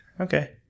Okay